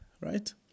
right